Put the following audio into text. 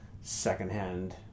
secondhand